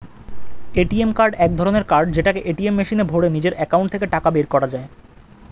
ATM card এক ধরণের card যেটাকে এটিএম মেশিনে ভরে নিজের একাউন্ট থেকে টাকা বের করা যায়